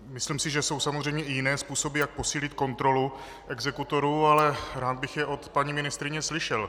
Myslím si, že jsou samozřejmě i jiné způsoby, jak posílit kontrolu exekutorů, ale rád bych je od paní ministryně slyšel.